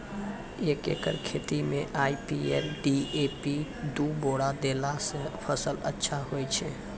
एक एकरऽ खेती मे आई.पी.एल डी.ए.पी दु बोरा देला से फ़सल अच्छा होय छै?